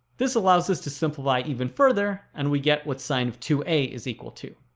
this allows us to simplify even further and we get what's sine of two a is equal to